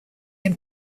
him